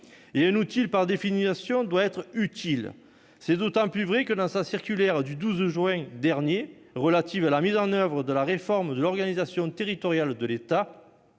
Or un outil, par définition, doit être utile. C'est d'autant plus nécessaire que, dans sa circulaire du 12 juin dernier relative à la mise en oeuvre de la réforme de l'organisation territoriale de l'État,